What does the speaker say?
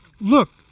look